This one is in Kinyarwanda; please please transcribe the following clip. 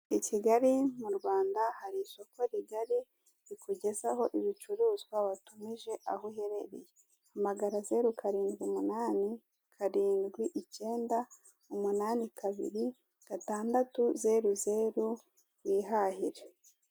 I Kigali mu Rwanda hari isoko rikugezaho ibicuruzwa watumije aho uherereye hamagara zeru karindwi umunani kanindwi icyenda umunani kabiri gatandatu zeru zeru wihahire.